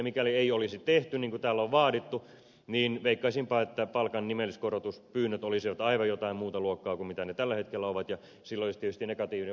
mikäli ei olisi tehty niin kuin täällä on vaadittu niin veikkaisinpa että palkan nimelliskorotuspyynnöt olisivat aivan jotain muuta luokkaa kuin ne tällä hetkellä ovat ja sillä olisi tietysti negatiivinen vaikutus työllisyyteen